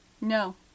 No